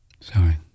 Sorry